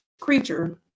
creature